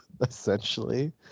essentially